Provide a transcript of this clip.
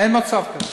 אין מצב כזה.